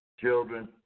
children